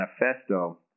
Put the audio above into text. manifesto